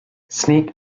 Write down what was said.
sneak